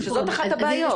שזאת אחת הבעיות.